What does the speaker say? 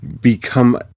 become